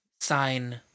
Sign